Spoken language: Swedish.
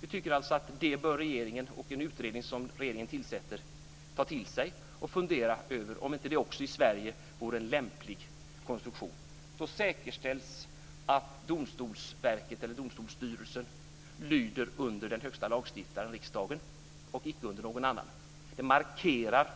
Vi tycker alltså att regeringen och en utredning som regeringen tillsätter bör ta till sig det och fundera över om det inte också i Sverige vore en lämplig konstruktion. Då säkerställs att Domstolsverket, eller domstolsstyrelsen, lyder under den högsta lagstiftaren, riksdagen, och icke under någon annan. Det markerar